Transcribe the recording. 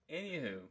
Anywho